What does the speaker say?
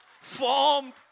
formed